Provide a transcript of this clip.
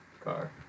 car